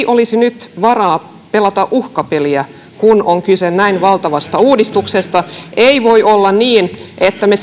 olisi varaa pelata uhkapeliä kun on kyse näin valtavasta uudistuksesta ei voi olla niin me